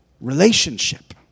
Relationship